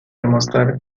demostrar